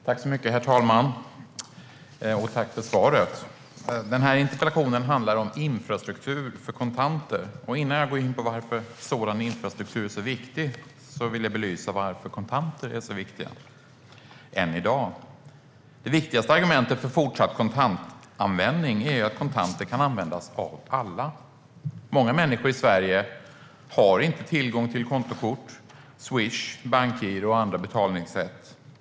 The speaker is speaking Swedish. Herr talman! Jag tackar ministern för svaret. Den här interpellationen handlar om infrastruktur för kontanter. Innan jag går in på varför sådan infrastruktur är så viktig vill jag belysa varför kontanter är så viktiga än i dag. Det viktigaste argumentet för fortsatt kontantanvändning är att kontanter kan användas av alla. Många människor i Sverige har inte tillgång till kontokort, Swish, bankgiro och andra betalningssätt.